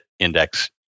index